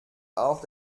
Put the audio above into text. auch